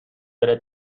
بره